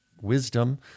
wisdom